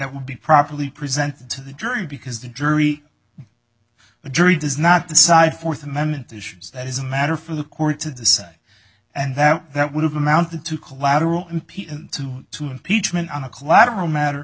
would be properly presented to the jury because the jury the jury does not decide fourth amendment issues that is a matter for the court to decide and that that would have amounted to collateral to to impeachment on a collateral matter